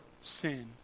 sin